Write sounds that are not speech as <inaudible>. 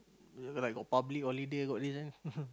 like got public holiday got these then <laughs>